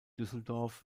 düsseldorf